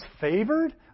favored